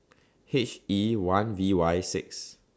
H E one V Y six